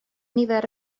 nifer